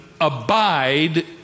abide